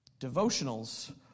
devotionals